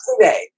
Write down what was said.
today